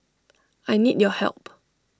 I need your help